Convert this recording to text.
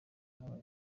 habayeho